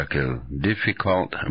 Difficult